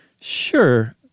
Sure